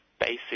basic